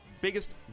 Biggest